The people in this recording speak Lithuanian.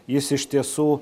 jis iš tiesų